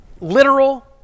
literal